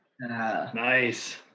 Nice